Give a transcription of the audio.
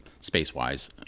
space-wise